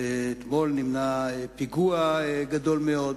אתמול, נמנע פיגוע גדול מאוד,